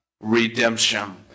redemption